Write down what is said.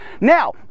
Now